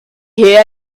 hear